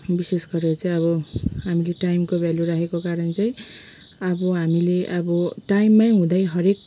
विशेष गरेर चाहिँ अब हामीले टाइमको भ्यालू राखेको कारण चाहिँ अब हामीले अब टाइममै हुँदै हरेक